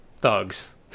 thugs